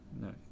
no